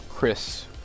Chris